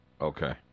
okay